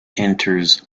enters